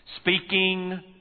Speaking